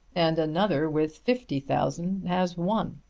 and another with fifty thousand has one.